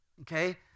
okay